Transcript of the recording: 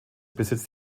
besitzt